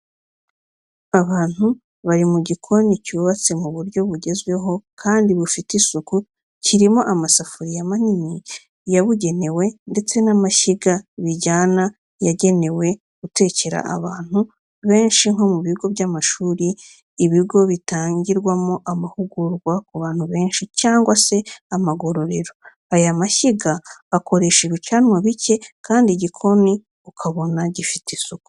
Abantu bari mu gikoni cyubatse mu buryo bugezweho kandi bufite isuku kirimo amasafuriya manini yabugenewe ndetse n'amashyiga bijyana yagenewe gutekera abantu benshi nko mu bigo by'amashuri, ibigo bitangirwamo amahugurwa ku bantu benshi, cyangwa se amagororero, aya mashyiga akoresha ibicanwa bicye kandi igikoni ukabona gifite isuku.